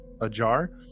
ajar